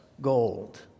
gold